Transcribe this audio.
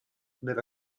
della